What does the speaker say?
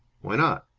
why not?